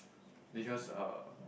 because uh